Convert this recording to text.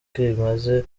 kimaze